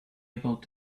able